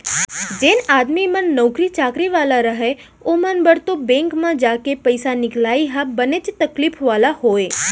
जेन आदमी मन नौकरी चाकरी वाले रहय ओमन बर तो बेंक म जाके पइसा निकलाई ह बनेच तकलीफ वाला होय